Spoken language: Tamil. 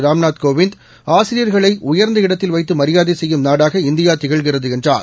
ராம்நாத் கோவிந்த் ஆசிரியர்களை உயர்ந்த இடத்தில் வைத்து மரியாதை செய்யும் நாடாக இந்தியா திகழ்கிறது என்றார்